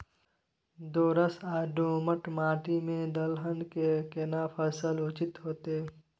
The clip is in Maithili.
दोरस या दोमट माटी में दलहन के केना फसल उचित होतै?